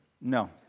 No